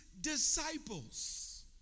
disciples